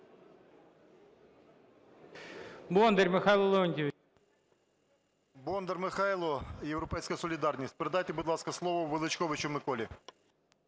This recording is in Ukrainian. Бондар Михайло, "Європейська солідарність". Передайте, будь ласка, слово Величковичу Миколі.